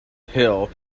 hill